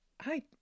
Hi